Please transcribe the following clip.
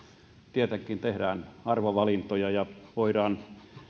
tietenkin tehdään arvovalintoja ja voidaan